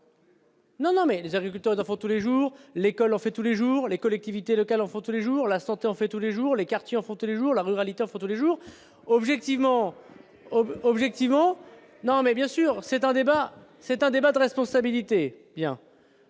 les jours ! Les agriculteurs en font tous les jours, l'école en fait tous les jours, les collectivités locales en font tous les jours, la santé en fait tous les jours, les quartiers en font tous les jours, la ruralité en fait tous les jours ... C'est un débat de responsabilités.